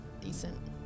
decent